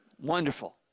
wonderful